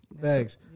Thanks